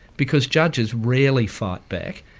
because judges rarely fight back,